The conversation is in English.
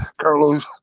Carlos